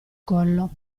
collo